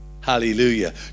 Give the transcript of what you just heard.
Hallelujah